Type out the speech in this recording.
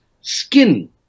skin